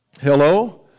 hello